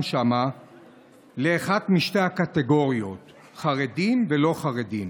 שם לאחת משתי הקטגוריות: חרדים ולא חרדים.